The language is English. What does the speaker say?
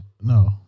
no